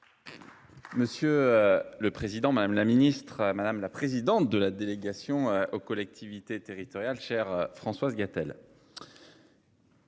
Monsieur le président, madame la ministre, madame la présidente de la délégation aux collectivités territoriales, chère Françoise Gatel.